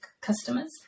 customers